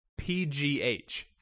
PGH